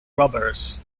robbers